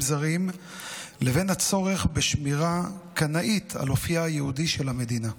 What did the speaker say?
זרים לבין הצורך בשמירה קנאית על אופייה היהודי של המדינה.